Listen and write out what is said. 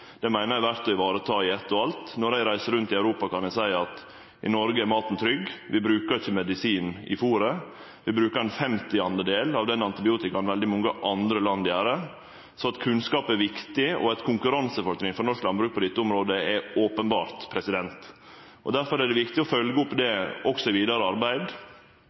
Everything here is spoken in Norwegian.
Det meiner eg er verdt å vareta i eitt og alt. Når eg reiser rundt i Europa, kan eg seie at i Noreg er maten trygg, vi brukar ikkje medisin i fôret. Vi brukar ein femtiandedel av den antibiotikaen veldig mange andre land brukar. Så at kunnskap er viktig og eit konkurransefortrinn for norsk landbruk på dette området, er openbert. Difor er det viktig å følgje opp det i det vidare